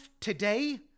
today